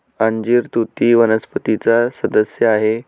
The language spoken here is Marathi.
अंजीर तुती वनस्पतीचा सदस्य आहे